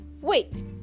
Wait